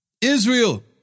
Israel